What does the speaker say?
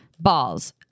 balls